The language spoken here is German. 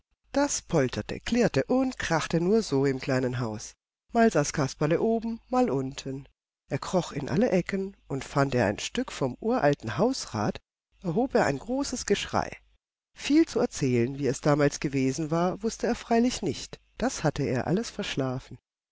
das polterte klirrte und krachte nur so im kleinen haus mal saß kasperle oben mal unten er kroch in alle ecken und fand er ein stück vom uralten hausrat erhob er ein großes geschrei viel zu erzählen wie es damals gewesen war wußte er freilich nicht das hatte er alles verschlafen